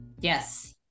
Yes